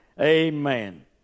Amen